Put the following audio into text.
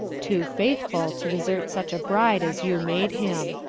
too faithful to desert such a bride as you made him.